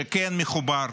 שכן מחובר